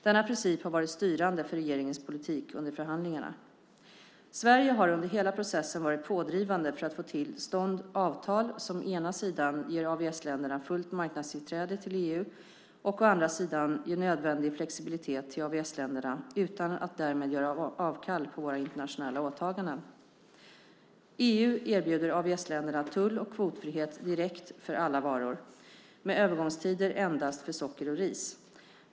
Denna princip har varit styrande för regeringens politik under förhandlingarna. Sverige har under hela processen varit pådrivande för att få till stånd avtal som å ena sidan ger AVS-länderna fullt marknadstillträde till EU och å andra sidan ger nödvändig flexibilitet till AVS-länderna utan att därmed göra avkall på våra internationella åtaganden. EU erbjuder AVS-länderna tull och kvotfrihet direkt för alla varor med övergångstider endast för socker och ris.